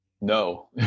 No